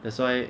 that's why